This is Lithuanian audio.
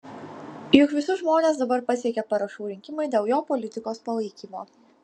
juk visus žmones dabar pasiekia parašų rinkimai dėl jo politikos palaikymo